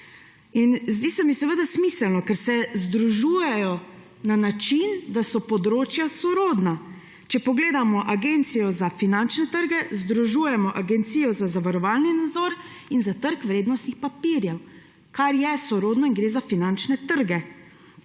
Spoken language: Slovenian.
Zdi se mi seveda smiselno, ker se združujejo na način, da so področja sorodna. Če pogledamo agencijo za finančne trge, združujemo agencijo za zavarovalni nadzor in za trg vrednostnih papirjev, kar je sorodno in gre za finančne trge.